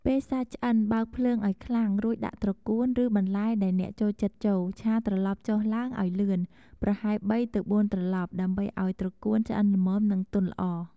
ពេលសាច់ឆ្អិន បើកភ្លើងឱ្យខ្លាំង រួចដាក់ត្រកួន ឬបន្លែដែលអ្នកចូលចិត្តចូល ឆាត្រឡប់ចុះឡើងឱ្យលឿន ប្រហែល ៣ ទៅ ៤ ត្រឡប់ ដើម្បីឱ្យត្រកួនឆ្អិនល្មម និងទន់ល្អ។